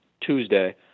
Tuesday